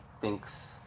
thinks